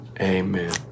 Amen